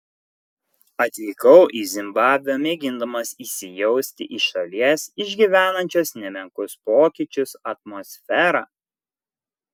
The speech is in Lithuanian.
atvykau į zimbabvę mėgindamas įsijausti į šalies išgyvenančios nemenkus pokyčius atmosferą